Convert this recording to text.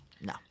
No